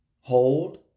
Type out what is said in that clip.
hold